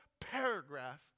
paragraph